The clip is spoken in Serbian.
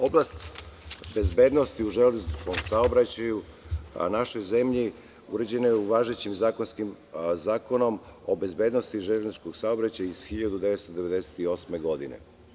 Oblast bezbednosti u železničkom saobraćaju u našoj zemlji uređeno je u važećim Zakonom o bezbednosti železničkog saobraćaja iz 1998. godine.